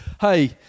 Hey